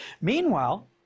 Meanwhile